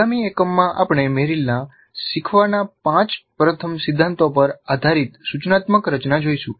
આગામી એકમમાં આપણે મેરિલના શીખવાના પાંચ પ્રથમ સિદ્ધાંતો પર આધારિત સૂચનાત્મક રચના જોઈશું